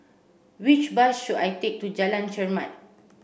which bus should I take to Jalan Chermat